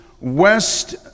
west